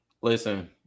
listen